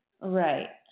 Right